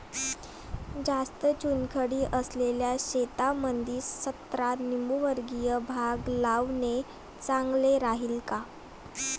जास्त चुनखडी असलेल्या शेतामंदी संत्रा लिंबूवर्गीय बाग लावणे चांगलं राहिन का?